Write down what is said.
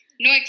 No